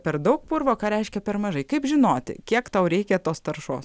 per daug purvo ką reiškia per mažai kaip žinoti kiek tau reikia tos taršos